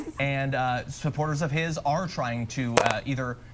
and supporters of his are trying to either,